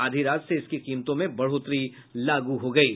आधी रात से इसकी कीमतों में बढ़ोतरी लागू हो गयी है